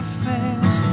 fails